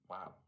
Wow